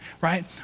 right